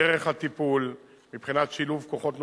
דרך הטיפול, מבחינת שילוב כוחות נוספים.